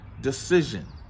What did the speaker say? decision